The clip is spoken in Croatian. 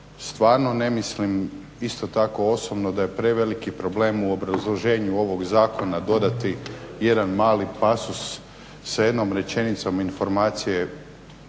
stvarno ne mislim isto tako osobno da je preveliki problem u obrazloženju ovog zakona dodati jedan mali pasos sa jednom rečenicom informacije